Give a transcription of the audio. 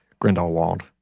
Grindelwald